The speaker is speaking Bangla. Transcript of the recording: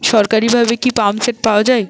সরকারিভাবে কি পাম্পসেট পাওয়া যায়?